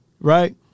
Right